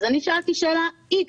אני שאלתי שאלה X,